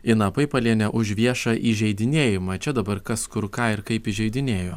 iną paipalienę už viešą įžeidinėjimą čia dabar kas kur ką ir kaip įžeidinėjo